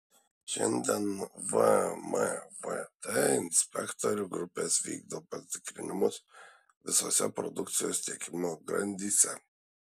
šiandien vmvt inspektorių grupės vykdo patikrinimus visose produkcijos tiekimo grandyse